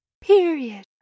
period